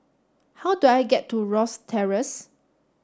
how do I get to Rosyth Terrace